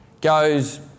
goes